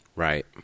Right